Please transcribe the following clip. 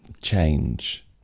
change